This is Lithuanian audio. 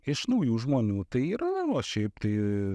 iš naujų žmonių tai yra o šiaip tai